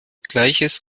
gleiches